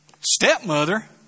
stepmother